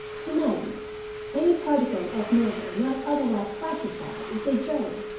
to maggie any particle of matter not otherwise classified is a germ,